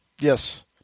Yes